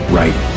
right